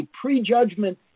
pre-judgment